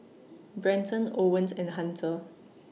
Brenton Owens and Hunter